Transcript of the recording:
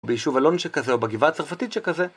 ביישוב אלון שכזה, או בגבעה הצרפתית שכזה.